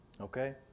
Okay